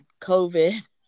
COVID